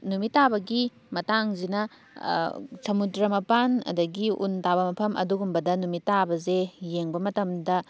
ꯅꯨꯃꯤꯠ ꯇꯥꯕꯒꯤ ꯃꯇꯥꯡꯁꯤꯅ ꯁꯃꯨꯗ꯭ꯔ ꯃꯄꯥꯟ ꯑꯗꯒꯤ ꯎꯟ ꯇꯥꯕ ꯃꯐꯝ ꯑꯗꯨꯒꯨꯝꯕꯗ ꯅꯨꯃꯤꯠ ꯇꯥꯕꯁꯦ ꯌꯦꯡꯕ ꯃꯇꯝꯗ